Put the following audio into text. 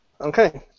Okay